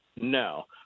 No